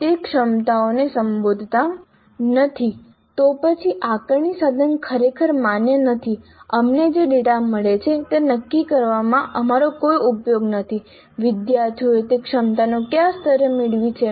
તે ક્ષમતાઓને સંબોધતા નથી તો પછી આકારણી સાધન ખરેખર માન્ય નથી અમને જે ડેટા મળે છે તે નક્કી કરવામાં અમારો કોઈ ઉપયોગ નથી વિદ્યાર્થીઓએ તે ક્ષમતાઓ કયા સ્તરે મેળવી છે